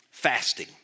fasting